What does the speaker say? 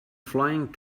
flying